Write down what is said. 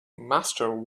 master